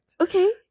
okay